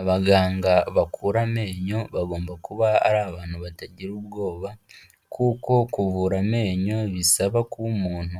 Abaganga bakura amenyo bagomba kuba ari abantu batagira ubwoba kuko kuvura amenyo bisaba kuba umuntu